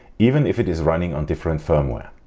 even if it is running on different firmware.